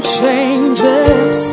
changes